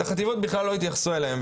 לגבי החטיבות בכלל לא התייחסו אליהם.